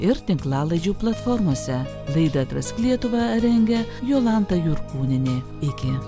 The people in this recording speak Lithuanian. ir tinklalaidžių platformose laidą atrask lietuvą rengia jolanta jurkūnienė iki